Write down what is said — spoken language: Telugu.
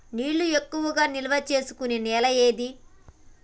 నీళ్లు ఎక్కువగా నిల్వ చేసుకునే నేల ఏది?